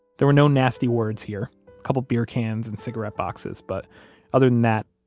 there were no nasty words here. a couple of beer cans and cigarette boxes, but other than that,